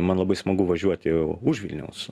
man labai smagu važiuoti už vilniaus